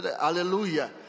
Hallelujah